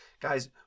guys